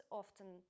often